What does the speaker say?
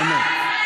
היו בחירות, באמת.